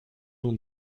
whom